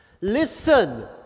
Listen